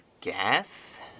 guess